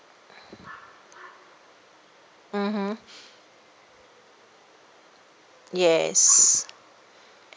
mmhmm yes